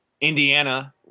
Indiana